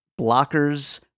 Blockers